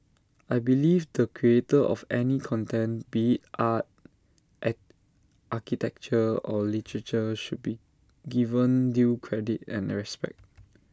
I believe the creator of any content be are art architecture or literature should be given due credit and respect